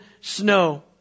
snow